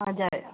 हजुर